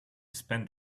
spend